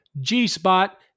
G-spot